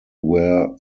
wear